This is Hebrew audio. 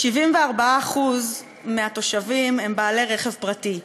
74% מהתושבים הם בעלי רכב פרטי,